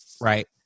Right